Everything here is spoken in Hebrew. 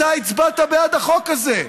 אתה הצבעת בעד החוק הזה,